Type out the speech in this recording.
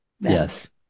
Yes